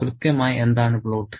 കൃത്യമായി എന്താണ് പ്ലോട്ട്